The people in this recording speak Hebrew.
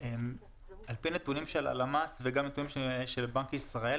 על פי נתוני הלמ"ס וגם נתוני בנק ישראל,